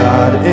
God